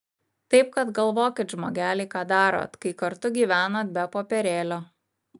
taip kad galvokit žmogeliai ką darot kai kartu gyvenat be popierėlio